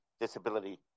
disability